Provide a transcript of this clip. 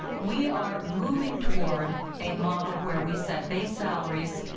we are moving toward a model where we said base salaries,